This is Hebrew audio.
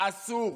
אסור,